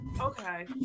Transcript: okay